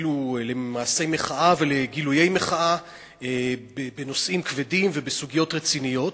ואפילו למעשי מחאה ולגילויי מחאה בנושאים כבדים ובסוגיות רציניות.